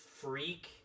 freak